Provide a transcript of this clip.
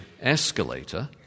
escalator